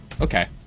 Okay